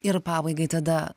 ir pabaigai tada